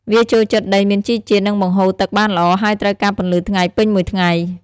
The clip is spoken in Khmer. វាចូលចិត្តដីមានជីជាតិ និងបង្ហូរទឹកបានល្អ ហើយត្រូវការពន្លឺថ្ងៃពេញមួយថ្ងៃ។